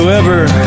Whoever